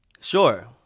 sure